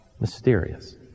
mysterious